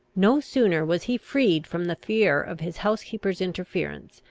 no sooner was he freed from the fear of his housekeeper's interference,